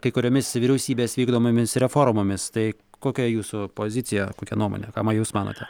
kai kuriomis vyriausybės vykdomomis reformomis tai kokia jūsų pozicija kokia nuomonė ką jūs manote